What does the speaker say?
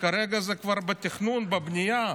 שכרגע זה כבר בתכנון, בבנייה.